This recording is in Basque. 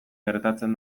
gertatzen